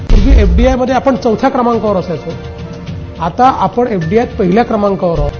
पूर्वी एफडीआयमध्ये आपण चौथ्या क्रमांकावर असायचो आता आपण एफडीआयमध्ये पहिल्या क्रमांकावर आहोत